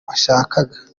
bashakaga